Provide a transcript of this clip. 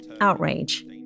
outrage